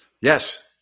Yes